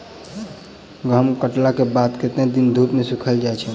गहूम कटला केँ बाद कत्ते दिन धूप मे सूखैल जाय छै?